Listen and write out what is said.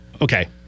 Okay